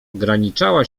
ograniczała